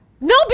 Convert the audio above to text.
No